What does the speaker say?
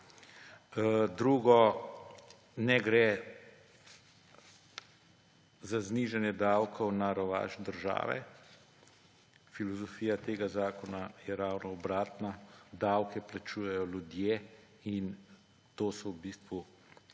Drugo, ne gre za znižanje davkov na rovaš države. Filozofija tega zakona je ravno obratna. Davke plačujejo ljudje in to je v bistvu